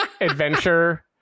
adventure